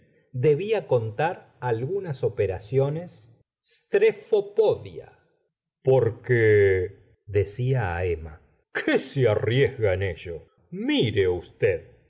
debla contar algunas operaciones strefopodia porque decia lt emma qué se arriesga en ello mire usted